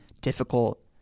difficult